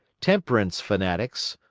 temperance fanatics,